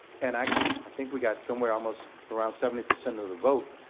and i i think we got somewhere almost around seventy percent of the vote,